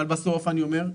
אבל בסוף אני אומר,